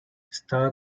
estaba